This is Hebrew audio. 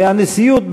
והנשיאות,